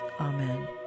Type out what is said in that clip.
Amen